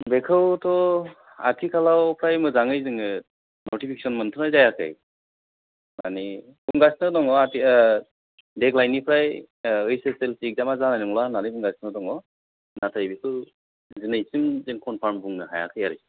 बेखौथ' आथिखालाव फ्राय मोजाङै जोङो नटिपिकेसन मोनथ'नाय जायाखै माने बुंगासिनो दङ आथि देग्लायनिफ्राय ओइस एल एस सि एगजामा जानाय नंला होन्नानै बुंगासिनो दङ नाथाय बेखौ दिनैसिम जों कनफर्म बुंनो हायाखै आरोखि